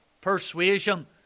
persuasion